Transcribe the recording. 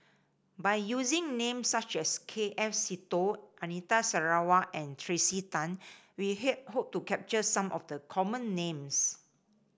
by using names such as K F Seetoh Anita Sarawak and Tracey Tan we hope to capture some of the common names